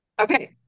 Okay